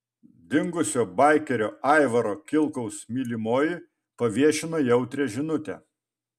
dingusio baikerio aivaro kilkaus mylimoji paviešino jautrią žinutę